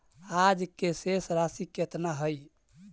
आज के शेष राशि केतना हई?